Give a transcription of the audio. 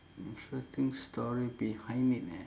interesting story behind it eh